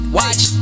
watch